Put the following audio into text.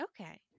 Okay